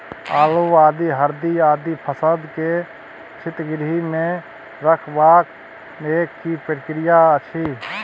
आलू, आदि, हरदी आदि फसल के शीतगृह मे रखबाक लेल की प्रक्रिया अछि?